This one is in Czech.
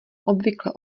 obvykle